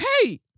Hey